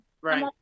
Right